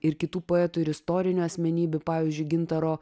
ir kitų poetų ir istorinių asmenybių pavyzdžiui gintaro